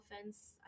offense